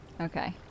Okay